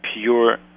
pure